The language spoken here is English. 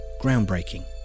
groundbreaking